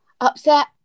upset